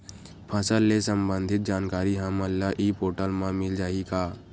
फसल ले सम्बंधित जानकारी हमन ल ई पोर्टल म मिल जाही का?